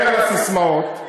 מעבר לססמאות,